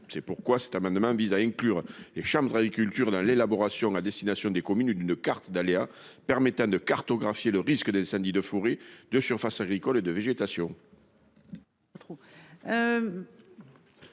c'est pourquoi cet amendement vise à inclure et charmeur agriculture dans l'élaboration, à destination des communes une une carte d'aléa permettant de cartographier le risque dès samedi 2. De surfaces agricoles et de végétation.